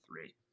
three